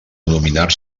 denominar